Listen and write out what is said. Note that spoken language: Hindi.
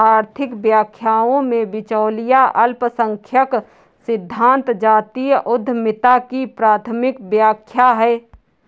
आर्थिक व्याख्याओं में, बिचौलिया अल्पसंख्यक सिद्धांत जातीय उद्यमिता की प्राथमिक व्याख्या है